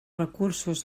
recursos